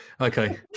Okay